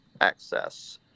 access